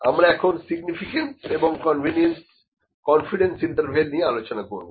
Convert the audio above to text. আমরা এখন সিগনিফিকেন্স এবং কনফিডেন্স ইন্টারভ্যাল নিয়ে আলোচনা করব